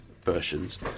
versions